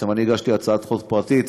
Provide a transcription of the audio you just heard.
אני הגשתי הצעת חוק פרטית,